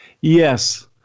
Yes